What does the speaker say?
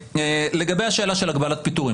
לגבי השאלה של הגבלת פיטורים.